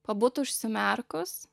pabūt užsimerkus